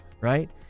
right